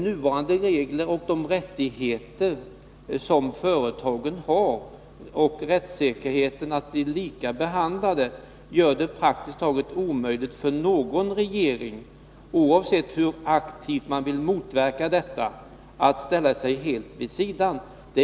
Nuvarande regler, de rättigheter företagen har och deras rättssäkerhet när det gäller att bli lika behandlade gör det praktiskt taget omöjligt för någon regering, oavsett hur aktivt den vill motverka detta, att ställa sig helt vid sidan av den här utvecklingen.